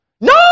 No